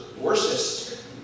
worstest